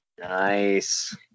Nice